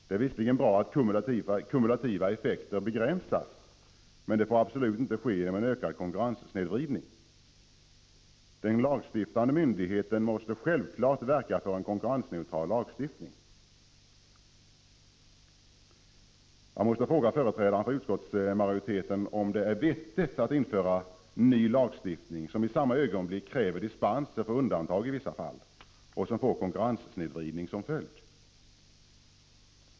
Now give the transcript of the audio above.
Det är visserligen bra att kumulativa effekter begränsas, men det får absolut inte ske genom en ökad konkurrenssnedvridning. Den lagstiftande myndigheten måste självfallet verka för en konkurrensneutral lagstiftning. Jag måste fråga företrädarna för utskottsmajoriteten om det är vettigt att införa ny lagstiftning, som i samma ögonblick kräver dispenser i vissa fall och som får konkurrenssnedvridning som följd.